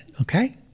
okay